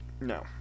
No